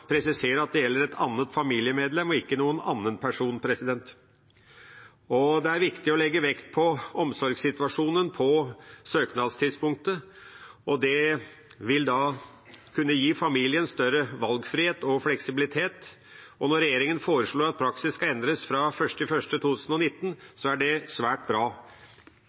at det gjelder et annet familiemedlem og ikke noen annen person. Det er viktig å legge vekt på omsorgssituasjonen på søknadstidspunktet; det vil kunne gi familien større valgfrihet og fleksibilitet. Og når regjeringa foreslår at praksis skal endres fra 1. januar 2019, er det svært bra.